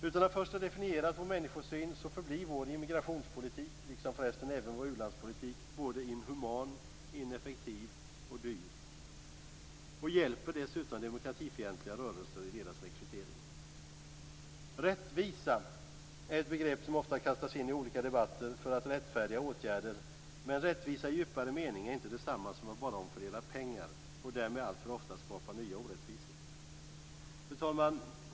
Utan att först ha definierat vår människosyn förblir vår immigrationspolitik, liksom förresten även vår u-landspolitik, inhuman, ineffektiv och dyr och hjälper demokratifientliga rörelser i deras rekrytering. Rättvisa är ett begrepp som ofta kastas in i olika debatter för att rättfärdiga åtgärder. Men rättvisa i djupare mening är inte detsamma som att bara omfördela pengar och därmed alltför ofta skapa nya orättvisor. Fru talman!